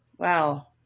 wow.